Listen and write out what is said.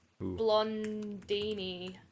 blondini